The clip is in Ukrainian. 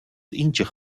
інших